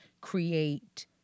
create